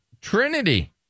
Trinity